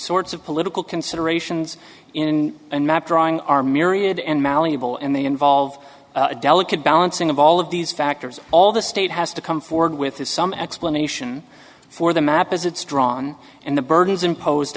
sorts of political considerations in and that drawing are myriad and malleable and they involve a delicate balancing of all of these factors all the state has to come forward with is some explanation for the map as it's drawn and the burden is imposed